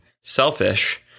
selfish